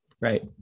right